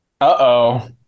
Uh-oh